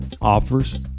offers